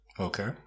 Okay